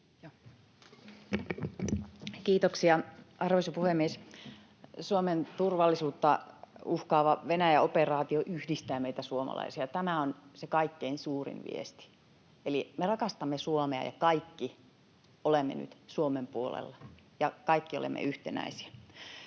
Kiitoksia, arvoisa puhemies! Suomen turvallisuutta uhkaava Venäjä-operaatio yhdistää meitä suomalaisia. Tämä on se kaikkein suurin viesti, eli me rakastamme Suomea, ja kaikki olemme nyt Suomen puolella, ja kaikki olemme yhtenäisiä.